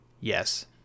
Yes